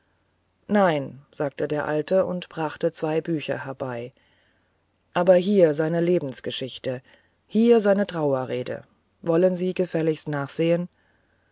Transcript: nein sagte der alte und brachte zwei bücher herbei aber hier seine lebensgeschichte hier seine trauerrede wollen sie gefälligst nachsehen